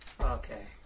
Okay